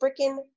freaking